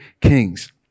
kings